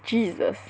jesus